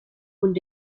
und